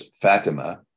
Fatima